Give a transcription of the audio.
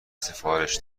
سفارش